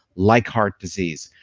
like heart disease,